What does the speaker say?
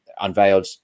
unveiled